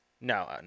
no